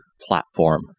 platform